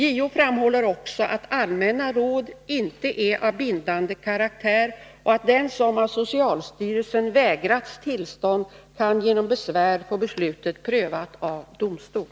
JO framhåller också att allmänna råd inte är av bindande karaktär och att den som av socialstyrelsen vägrats tillstånd kan genom besvär få beslutet prövat av domstol.